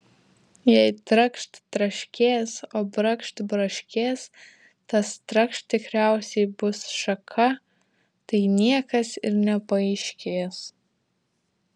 jei trakšt traškės o brakšt braškės tas trakšt tikriausiai bus šaka tai niekas ir nepaaiškės